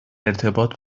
ارتباط